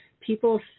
people